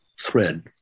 thread